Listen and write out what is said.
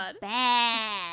bad